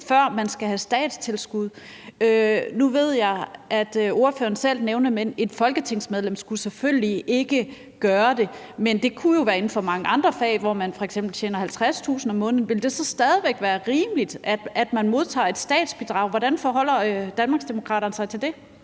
at man kan få statstilskud. Nu ved jeg, at ordføreren selv nævner det, men et folketingsmedlem skulle selvfølgelig ikke gøre det. Men det kunne jo være inden for mange andre fag, hvor man f.eks. tjener 50.000 kr. om måneden. Ville det så stadig væk være rimeligt, at man modtager et statsbidrag? Hvordan forholder Danmarksdemokraterne sig til det?